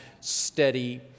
steady